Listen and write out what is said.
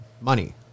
money